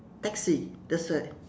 taxi that side